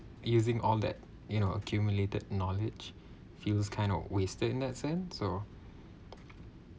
using all that you know accumulated knowledge feels kind of wasted in that sense so